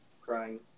crying